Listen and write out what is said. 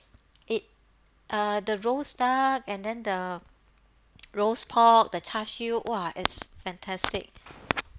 it uh the roast duck and then the roast pork the char siew !wah! is fantastic